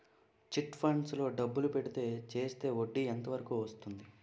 Chit funds లో డబ్బులు పెడితే చేస్తే వడ్డీ ఎంత వరకు వస్తుంది?